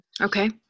Okay